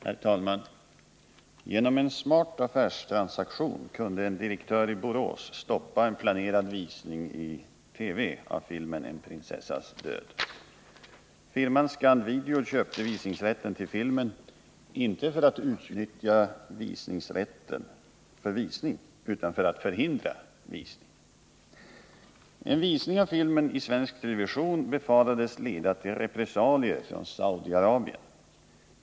Herr talman! Genom en smart affärstransaktion kunde en direktör i Borås stoppa en planerad visning i TV av filmen En prinsessas död. Firman Scand-Video köpte visningsrätten till filmen — inte för att utnyttja visningsrätten till visning utan för att förhindra visning. En visning av filmen i svensk TV befarades leda till repressalier från Saudarabien.